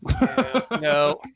no